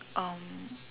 um